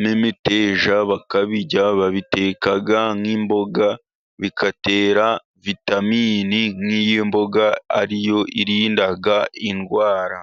n'imiteja bakabirya babiteka nk'imboga, bigatera vitamini nk'iy'imboga, ari yo irinda indwara.